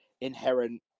inherent